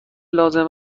لازم